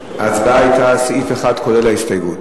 ההצבעה היתה על סעיף 1 כולל ההסתייגות.